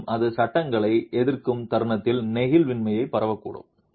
மேலும் இது சட்டகங்களை எதிர்க்கும் தருணத்தில் நெகிழ்வின்மை பரவக்கூடும்